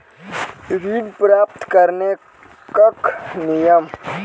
ऋण प्राप्त करने कख नियम?